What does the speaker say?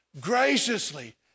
graciously